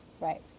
right